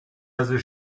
other